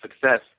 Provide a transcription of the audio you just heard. success